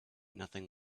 nothing